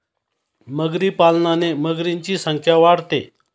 मगरी पालनाने मगरींची संख्या वाढते